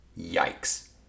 yikes